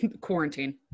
Quarantine